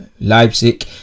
Leipzig